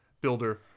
builder